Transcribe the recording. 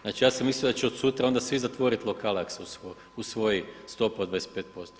Znači, ja sam mislio da će od sutra onda svi zatvoriti lokale ako se usvoji stopa od 25%